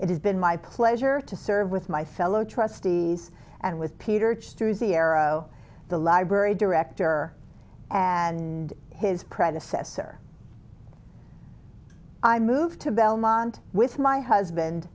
it has been my pleasure to serve with my fellow trustees and with peter choosey arrow the library director and his predecessor i moved to belmont with my husband